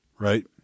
right